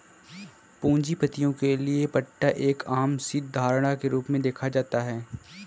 पूंजीपतियों के लिये पट्टा एक आम सी धारणा के रूप में देखा जाता है